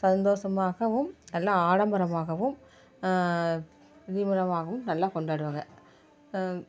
சந்தோஷமாகவும் நல்லா ஆடம்பரமாகவும் தீவிரமாகவும் நல்லா கொண்டாடுவாங்க